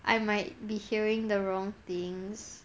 I might be hearing the wrong things